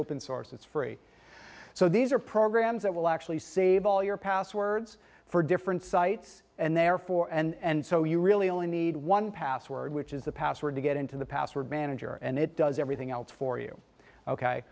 open source it's free so these are programs that will actually save all your passwords for different sites and therefore and so you really only need one password which is the password to get into the password manager and it does everything else for you ok